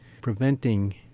preventing